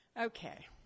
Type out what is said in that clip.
Okay